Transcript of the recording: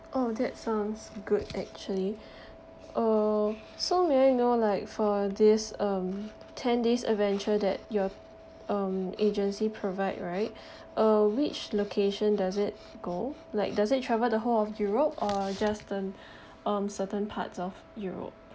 oh that sounds good actually uh so may I know like for this um ten days adventure that you're um agency provide right uh which location does it go like does it travel the whole of europe or just um um certain parts of europe